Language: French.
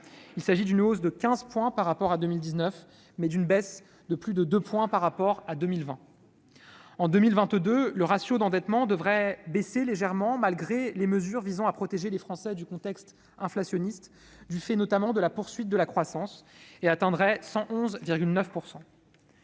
Il s'agit d'une hausse de 15 points par rapport à 2019, mais d'une baisse de plus de 2 points par rapport à 2020. En 2022, le ratio d'endettement devrait baisser légèrement, malgré les mesures visant à protéger les Français du contexte inflationniste, du fait notamment de la poursuite de la croissance, et atteindrait 111,9 %.